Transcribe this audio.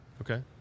okay